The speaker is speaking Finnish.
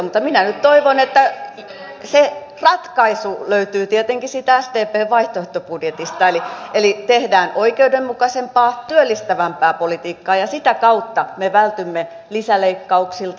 mutta minä nyt toivon että se ratkaisu löytyy tietenkin siitä sdpn vaihtoehtobudjetista eli tehdään oikeudenmukaisempaa työllistävämpää politiikkaa ja sitä kautta me vältymme lisäleikkauksilta